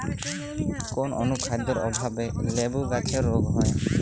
কোন অনুখাদ্যের অভাবে লেবু গাছের রোগ হয়?